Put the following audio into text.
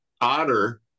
Otter